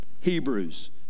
hebrews